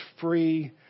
free